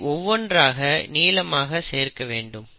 இதை ஒவ்வொன்றாக நீளமாக சேர்க்க வேண்டும்